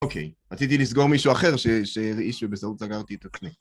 אוקיי, רציתי לסגור מישהו אחר שהרעיש ובטעות סגרתי את עצמי.